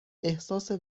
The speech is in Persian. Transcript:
احساس